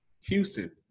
Houston